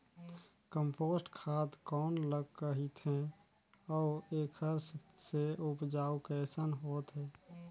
Compost खाद कौन ल कहिथे अउ एखर से उपजाऊ कैसन होत हे?